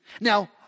Now